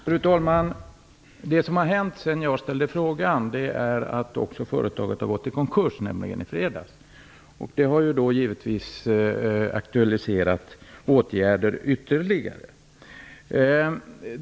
Fru talman! Det som har hänt sedan jag ställde frågan är att företaget har gått i konkurs, nämligen i fredags. Detta har naturligtvis ytterligare aktualiserat frågan om åtgärder.